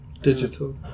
Digital